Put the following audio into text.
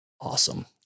awesome